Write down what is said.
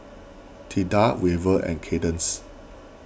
Tilda Weaver and Cadence